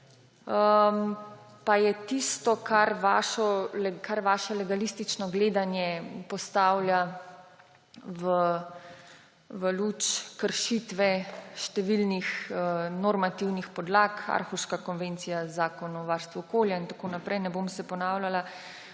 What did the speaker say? pa je tisto, kar vaše legalistično gledanje postavlja v luč kršitve številnih normativnih podlag – Aarhuška konvencija, Zakon o varstvu okolja in tako naprej, ne bom se ponavljala,